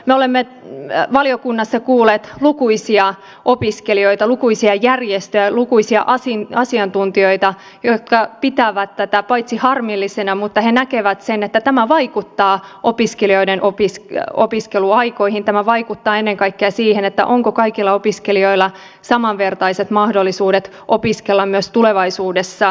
me olemme valiokunnassa kuulleet lukuisia opiskelijoita lukuisia järjestöjä lukuisia asiantuntijoita jotka paitsi pitävät tätä harmillisena myös näkevät sen että tämä vaikuttaa opiskelijoiden opiskeluaikoihin tämä vaikuttaa ennen kaikkea siihen onko kaikilla opiskelijoilla samanvertaiset mahdollisuudet opiskella suomessa myös tulevaisuudessa